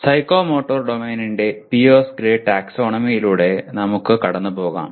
psychomotor ഡൊമെയ്നിന്റെ Pierce Gray ടാക്സോണമിയിലൂടെ നമുക്ക് കടന്നു പോകാം